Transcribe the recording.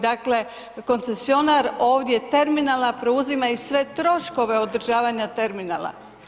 Dakle, koncesionar ovdje terminala, preuzima sve troškove održavanja terminala.